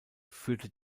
führte